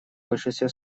большинстве